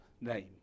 name